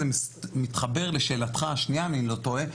זה מתחבר לשאלתך השנייה אם אני לא טועה,